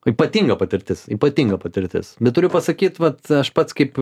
ypatinga patirtis ypatinga patirtis bet turiu pasakyt vat aš pats kaip